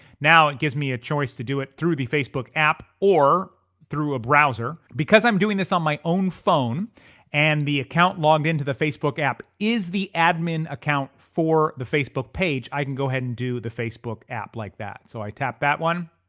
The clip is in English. now it gives me a choice to do it through the facebook app or through a browser. because i'm doing this on my own phone and the account logged into the facebook app is the admin account for the facebook page, i can go ahead and do the facebook app like that. so i tap that one